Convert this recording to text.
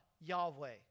Yahweh